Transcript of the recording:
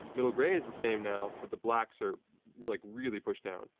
middle grey is the same now, but the blacks are like really pushed down.